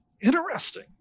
interesting